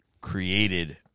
created